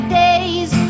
days